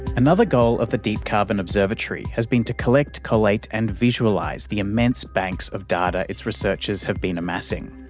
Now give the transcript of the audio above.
another goal of the deep carbon observatory has been to collect, collate and visualise the immense banks of data its researchers have been amassing,